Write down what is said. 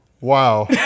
wow